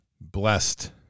blessed